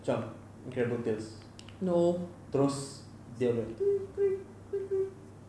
jump incredible tales terus dia bell